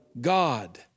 God